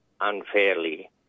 unfairly